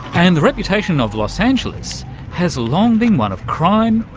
and the reputation of los angeles has long been one of crime,